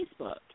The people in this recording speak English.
Facebook